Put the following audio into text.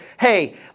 hey